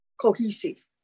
cohesive